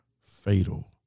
fatal